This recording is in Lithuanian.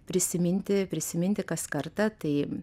prisiminti prisiminti kas kartą tai